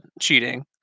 cheating